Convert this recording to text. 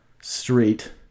street